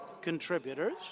contributors